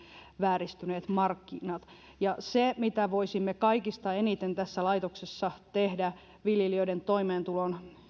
vääristyneet markkinat ja se mitä voisimme kaikista eniten tässä laitoksessa tehdä viljelijöiden toimeentulon